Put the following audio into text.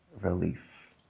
relief